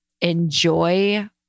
enjoy